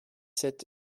sept